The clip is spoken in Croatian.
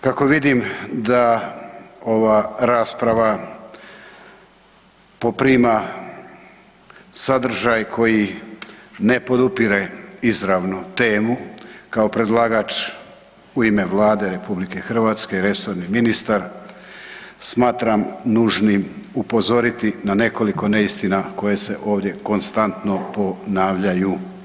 Kako vidim da ova rasprava poprima sadržaj koji ne podupire izravno temu, kao predlagač u ime Vlade RH i resorni ministar smatram nužnim upozoriti na nekoliko neistina koje se ovdje konstantno ponavljaju.